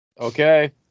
Okay